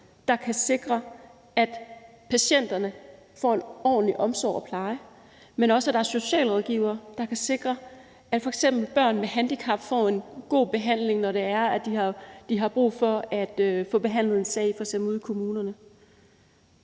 der kan sikre, at patienterne får en ordentlig omsorg og pleje, men at der også er socialrådgivere, der f.eks. kan sikre, at børn med handicap får en god behandling, når de f.eks. har brug for at få behandlet en sag ude i kommunerne.